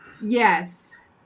Yes